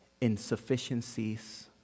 insufficiencies